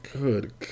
Good